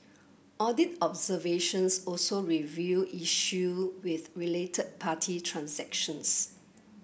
audit observations also revealed issue with related party transactions